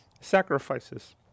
sacrifices